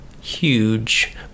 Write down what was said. huge